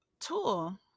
tool